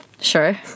sure